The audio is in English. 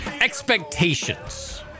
expectations